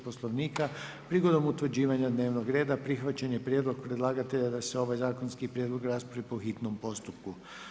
Poslovnika prigodom utvrđivanja dnevnog reda prihvaćen je prijedlog predlagatelja da se ovaj zakonski prijedlog raspravi po hitnom postupku.